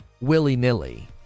willy-nilly